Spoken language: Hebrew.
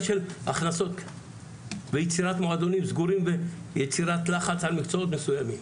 של הכנסות ויצירת מועדונים סגורים ויצירת לחץ על מקצועות מסוימים?